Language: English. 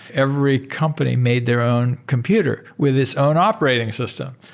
every company made their own computer with its own operating system.